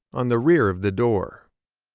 on the rear of the door.